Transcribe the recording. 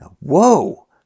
Whoa